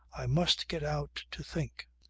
i must get out to think.